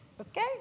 Okay